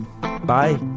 Bye